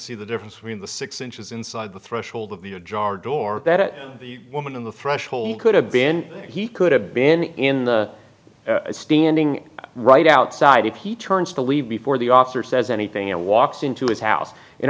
see the difference when the six inches inside the threshold of the ajar door that the woman in the threshold could have been he could have been in the standing right outside and he turns to leave before the officer says anything and walks into his house